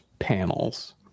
panels